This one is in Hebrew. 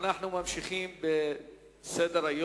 אנחנו ממשיכים בסדר-היום.